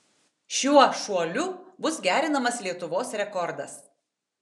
šiuo šuoliu bus gerinamas lietuvos rekordas